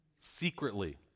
secretly